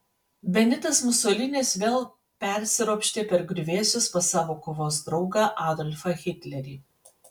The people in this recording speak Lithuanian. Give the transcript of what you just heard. benitas musolinis vėl persiropštė per griuvėsius pas savo kovos draugą adolfą hitlerį